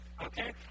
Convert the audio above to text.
Okay